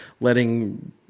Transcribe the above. letting